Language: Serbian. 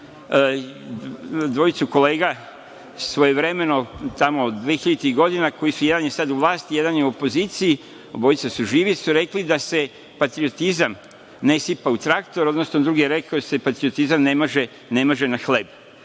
dvojicu kolega svojevremeno tamo dvehiljaditih godina koji su sada, jedan je u vlasti, jedan je u opoziciji, obojica su živi, su rekli da se patriotizam ne sipa u traktor, odnosno, drugi je rekao da se patriotizam ne maže na hleb.